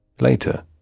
Later